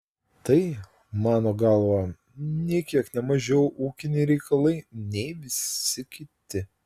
tai mano galva nė kiek ne mažiau ūkiniai reikalai nei visi kiti